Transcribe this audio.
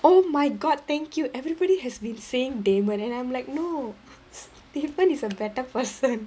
oh my god thank you everybody has been saying damon and I'm like no stefan is a better person